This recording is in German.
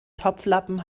topflappen